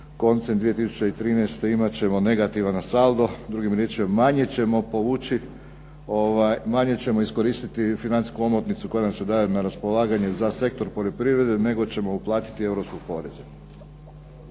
koncem 2013. imat ćemo negativan saldo, drugim riječima manje ćemo iskoristiti financijsku omotnicu koja nam se daje na raspolaganje za sektor poljoprivrede, nego ćemo uplatiti europske poreze.